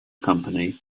company